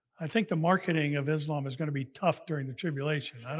i think the marketing of islam is going to be tough during the tribulation.